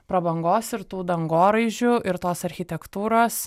prabangos ir tų dangoraižių ir tos architektūros